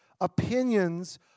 Opinions